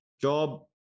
job